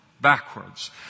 backwards